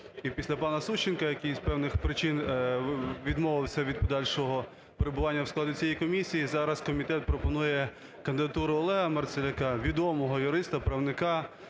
після пана Сущенка, який з певних причин відмовився від подальшого перебування у складі цієї комісії, зараз комітет пропонує кандидатуру Олега Марцеляка, відомого юриста, правника,